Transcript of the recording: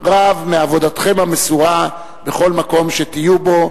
רב מעבודתכם המסורה בכל מקום שתהיו בו,